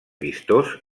vistós